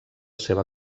seva